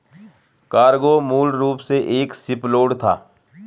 cargo मूल रूप से एक शिपलोड था